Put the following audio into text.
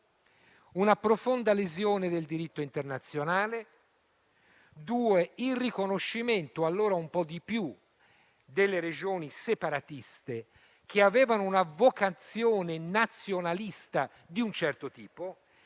una profonda lesione del diritto internazionale; in secondo luogo, il riconoscimento - allora un po' di più - delle regioni separatiste, che avevano una vocazione nazionalista di un certo tipo;